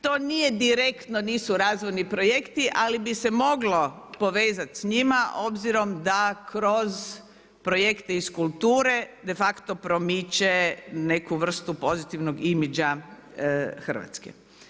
To nije direktno, nisu razvojni projekti ali bi se moglo povezati s njima obzirom da kroz projekte iz kulture de facto promiče neku vrstu pozitivnog imidža Hrvatske.